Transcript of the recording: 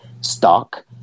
stock